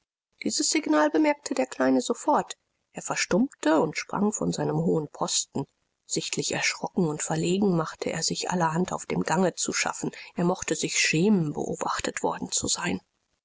dieses signal bemerkte der kleine sofort er verstummte und sprang von seinem hohen posten sichtlich erschrocken und verlegen machte er sich allerhand auf dem gange zu schaffen er mochte sich schämen beobachtet worden zu sein